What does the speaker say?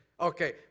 Okay